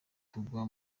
tugwa